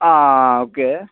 okay